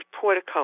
Portico